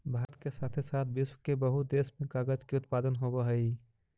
भारत के साथे साथ विश्व के बहुते देश में कागज के उत्पादन होवऽ हई